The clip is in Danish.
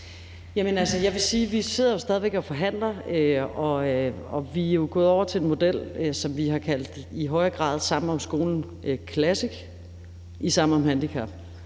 vi stadig væk sidder og forhandler. Vi er jo gået over til en model, som vi i højere gradhar kaldt Sammen om skolen classic iSammen om handicap,